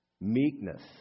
Meekness